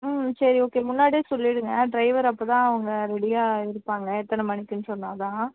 ம் சரி ஓகே முன்னாடியே சொல்லிவிடுங்க டிரைவர் அப்போ தான் அவங்க ரெடியாக இருப்பாங்க எத்தனை மணிக்குன்னு சொன்னால் தான்